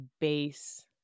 base